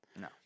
No